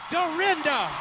Dorinda